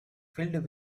filled